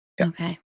Okay